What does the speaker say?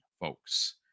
folks